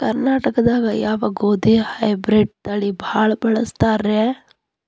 ಕರ್ನಾಟಕದಾಗ ಯಾವ ಗೋಧಿ ಹೈಬ್ರಿಡ್ ತಳಿ ಭಾಳ ಬಳಸ್ತಾರ ರೇ?